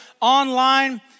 online